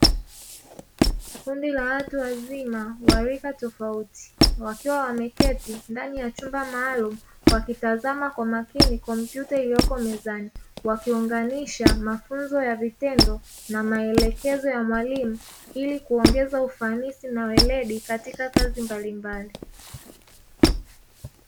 Kundi la watu wazima wa rika tofauti, wakiwa wameketi ndani ya chumba maalumu, wakitazama kwa makini kompyuta iliyoko mezani, wakiunganisha mafunzo ya vitendo na maelekezo ya mwalimu ili kuongeza ufanisi na weledi katika kazi mbalimbali.